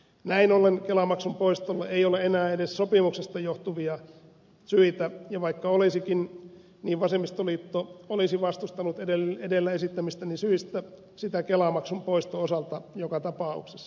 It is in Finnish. näin ollen kelamaksun poistolle ei ole enää edes sopimuksesta johtuvia syitä ja vaikka olisikin niin vasemmistoliitto olisi vastustanut edellä esittämistäni syistä sitä kelamaksun poiston osalta joka tapauksessa